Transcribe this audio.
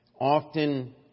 Often